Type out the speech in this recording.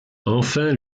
enfin